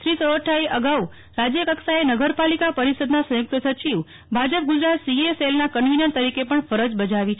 શ્રી સોરઠિયાએ અગાઉ રાજ્યકક્ષાએ નગરપાલિકા પરિષદના સંયુક્ત સચિવ ભાજપ ગુજરાત સીએ સેલના કન્વીનર તરીકે પણ ફરજ બજાવી છે